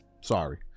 Sorry